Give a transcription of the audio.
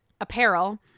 apparel